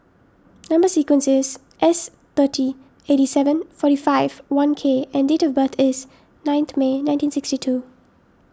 Number Sequence is S thirty eighty seven forty five one K and date of birth is ninth May nineteen sixty two